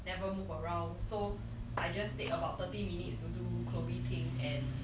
never move around so I just take about thirty minutes to do Chloe Ting and